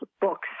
books